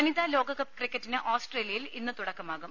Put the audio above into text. വനിതാ ലോകകപ്പ് ക്രിക്കറ്റിന് ഓസ്ട്രേലിയയിൽ ഇന്ന് തുടക്കമാകും